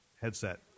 headset